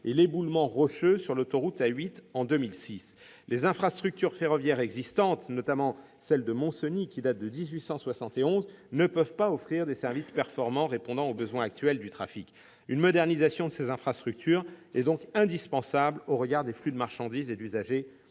et l'éboulement rocheux sur l'autoroute A8 en 2006. Les infrastructures ferroviaires existantes, notamment celle du Montcenis, qui date de 1871, ne peuvent pas offrir des services performants répondant aux besoins actuels du trafic. Une modernisation de ces infrastructures est donc indispensable au regard des flux de marchandises et d'usagers